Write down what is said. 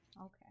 okay